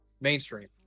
mainstream